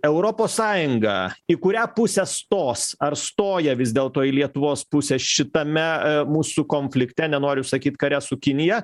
europos sąjunga į kurią pusę stos ar stoja vis dėlto į lietuvos pusę šitame mūsų konflikte nenoriu sakyt kare su kinija